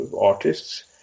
artists